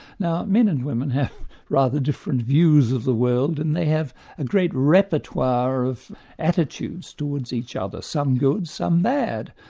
now men and women have rather different views of the world, and they have a great repertoire of attitudes towards each other. some good, some mad.